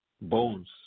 bones